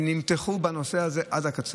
הן נמתחו בנושא הזה עד הקצה.